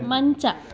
ಮಂಚ